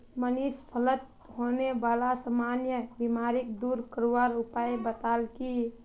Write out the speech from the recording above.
मनीष फलत होने बाला सामान्य बीमारिक दूर करवार उपाय बताल की